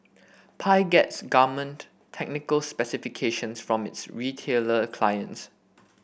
Pi gets garment technical specifications from its retailer clients